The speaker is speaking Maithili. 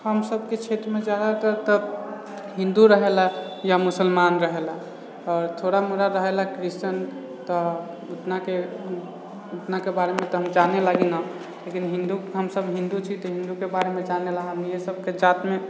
हमसबके क्षेत्रमे जादातर तऽ हिन्दू रहय ला या मुसलमान रहय ला आओर थोड़ा मोड़ा रहय ला क्रिस्चन तऽ उतना के बारे मे तऽ हम जानय लागी ना लेकिन हिन्दू के हमसब हिन्दू छी त हिन्दू के बारे मे जानय ला हमनी सबके जात मे